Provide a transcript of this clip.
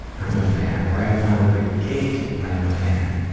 i am a fan, right out of the gate, i am a fan!